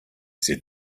said